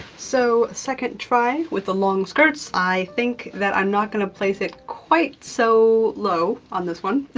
so, second try with the long skirts. i think that i'm not gonna place it quite so low on this one.